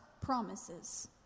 promises